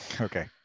Okay